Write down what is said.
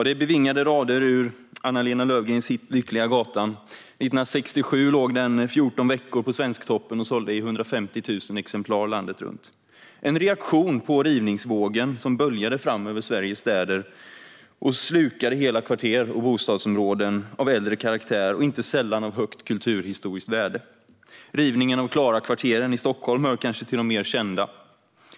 Det är bevingade rader ur Anna-Lena Löfgrens hit Lyckliga gatan . År 1967 låg den 14 veckor på Svensktoppen och sålde i 150 000 exemplar landet runt. Det var en reaktion på rivningsvågen som böljade fram över Sveriges städer och slukade hela kvarter och bostadsområden av äldre karaktär och inte sällan av stort kulturhistoriskt värde. Rivningen av Klarakvarteren i Stockholm hör kanske till de mer kända.